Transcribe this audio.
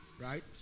Right